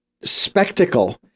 spectacle